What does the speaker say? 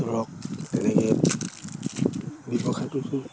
ধৰক তেনেকে ব্যৱসায়টো